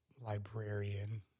librarian